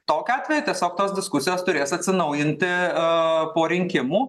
tokiu atveju tiesiog tos diskusijos turės atsinaujinti a po rinkimų